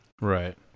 Right